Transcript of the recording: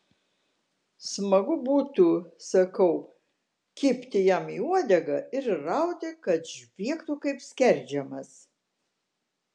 smagu būtų sakau kibti jam į uodegą ir rauti kad žviegtų kaip skerdžiamas